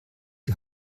die